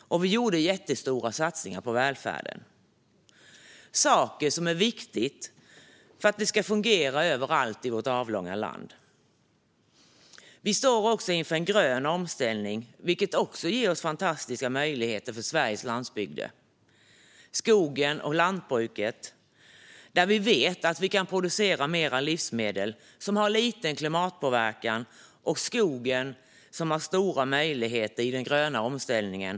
Och vi gjorde jättestora satsningar på välfärden. Detta är saker som är viktiga för att det ska fungera överallt i vårt avlånga land. Vi står även inför en grön omställning, vilket också ger fantastiska möjligheter för Sveriges landsbygder. Vi vet att vi i lantbruket kan producera mer livsmedel som har liten klimatpåverkan. Och skogen har stora möjligheter i den gröna omställningen.